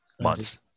Months